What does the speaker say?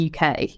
UK